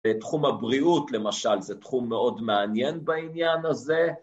תחום הבריאות למשל, זה תחום מאוד מעניין בעניין הזה